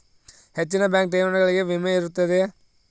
ಹೆಚ್ಚಿನ ಬ್ಯಾಂಕ್ ಠೇವಣಿಗಳಿಗೆ ವಿಮೆ ಇರುತ್ತದೆಯೆ?